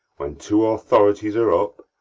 when two authorities are up,